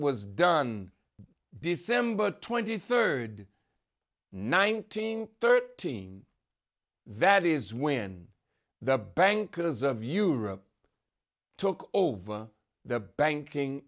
was done december twenty third nineteen thirteen that is when the bankers of europe took over the banking